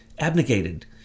abnegated